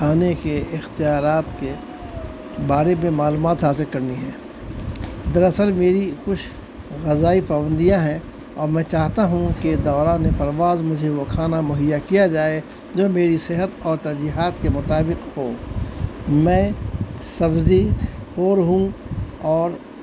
کھانے کے اختیارات کے بارے معلومات حاصل کرنی ہے دراصل میری کچھ غذائی پابندیاں ہیں اور میں چاہتا ہوں کہ دوران پرواز مجھے وہ کھانا مہیا کیا جائے جو میری صحت اور ترجیحات کے مطابق ہو میں سبزی خور ہوں اور